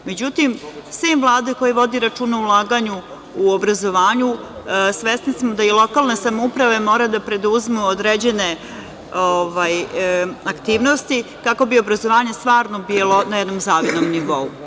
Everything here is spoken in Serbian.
Međutim, sem Vlade koja vodi računa o ulaganju u obrazovanje, svesni smo da i lokalne samouprave moraju da preduzmu određene aktivnosti kako bi obrazovanje stvarno bilo na jednom zavidnom nivou.